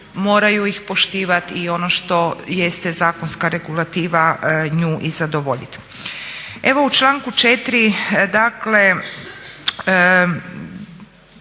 moraju ih poštivati i ono što jeste zakonska regulativa nju i zadovoljiti. Evo u članku 4.govorimo